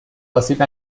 آسیب